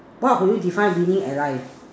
what would you define winning at life